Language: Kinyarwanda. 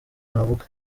navuga